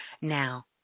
now